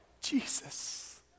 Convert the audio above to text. Jesus